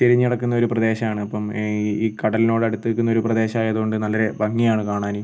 ചരിഞ്ഞു കിടക്കുന്ന ഒരു പ്രദേശമാണ് അപ്പം ഈ കടലിനോട് അടുത്തു നിൽക്കുന്ന ഒരു പ്രദേശമായതുകൊണ്ട് നല്ല ഭംഗിയാണ് കാണാൻ